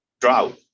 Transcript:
drought